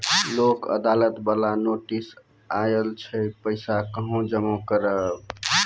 लोक अदालत बाला नोटिस आयल छै पैसा कहां जमा करबऽ?